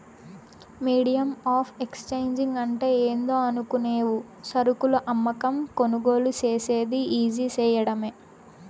medium of exchange అంటే ఏందో అనుకునేవు సరుకులు అమ్మకం, కొనుగోలు సేసేది ఈజీ సేయడమే